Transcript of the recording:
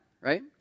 right